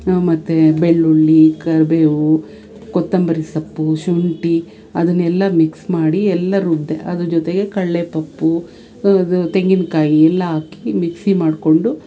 ಮತ್ತು ಬೆಳ್ಳುಳ್ಳಿ ಕರಿಬೇವು ಕೊತ್ತಂಬರಿ ಸೊಪ್ಪು ಶುಂಠಿ ಅದನ್ನೆಲ್ಲ ಮಿಕ್ಸ್ ಮಾಡಿ ಎಲ್ಲ ರುಬ್ಬಿದೆ ಅದ್ರ ಜೊತೆಗೆ ಕಳ್ಳೆ ಪಪ್ಪು ಅದು ತೆಂಗಿನಕಾಯಿ ಎಲ್ಲ ಹಾಕಿ ಮಿಕ್ಸಿ ಮಾಡಿಕೊಂಡು